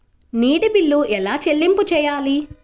నీటి బిల్లు ఎలా చెల్లింపు చేయాలి?